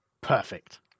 Perfect